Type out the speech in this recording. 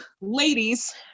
ladies